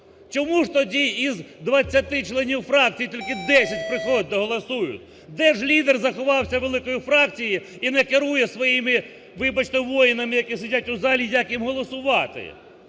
Чому ж тоді із 20 членів фракцій тільки 10 приходять та голосують? Де ж лідер заховався великої фракції і не керує своїми, вибачте, воїнами, які сидять у залі, як їм голосувати?